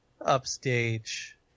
upstage